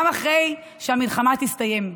גם אחרי שהמלחמה תסתיים.